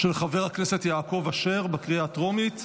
של חבר הכנסת יעקב אשר, לקריאה הטרומית.